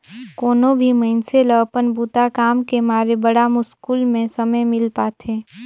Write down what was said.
कोनो भी मइनसे ल अपन बूता काम के मारे बड़ा मुस्कुल में समे मिल पाथें